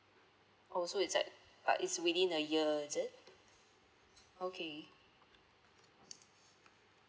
oh so it's at but it's within a year is it okay